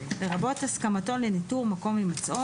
לרבות הסכמתו לניטור מקום הימצאו,